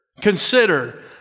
consider